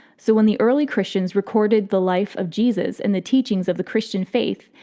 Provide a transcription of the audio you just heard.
so when the early christians recorded the life of jesus and the teachings of the christian faith,